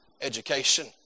education